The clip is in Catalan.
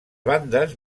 bandes